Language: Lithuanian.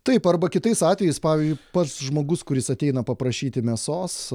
taip arba kitais atvejais pavyzdžiui pats žmogus kuris ateina paprašyti mėsos